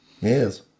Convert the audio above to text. Yes